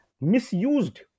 misused